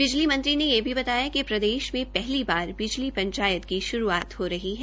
बिजली मंत्री ने यह भी बताया कि प्रदेश में पहली बार पंचायत की शुरूआत हो रही है